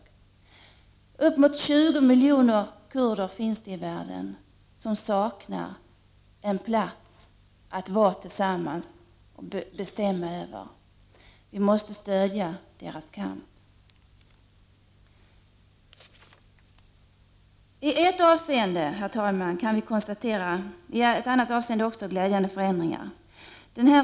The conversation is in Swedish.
Det finns i världen upp emot 20 miljoner kurder som saknar en plats att leva på och bestämma över. Vi måste stödja deras kamp. Herr talman! Även i ett annat avseende kan vi konstatera att det har skett glädjande förändringar på detta område.